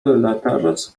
letters